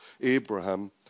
Abraham